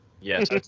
yes